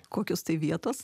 kokios tai vietos